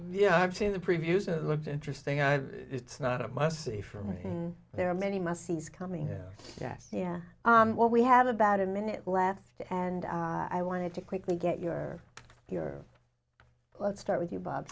yeah i've seen the previews it looks interesting i it's not a must see for me there are many must sees coming in yes yeah well we have about a minute left and i wanted to quickly get your your let's start with you bob